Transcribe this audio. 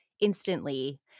Instantly